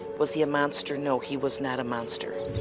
was he a monster? no, he was not a monster.